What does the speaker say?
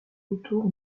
autour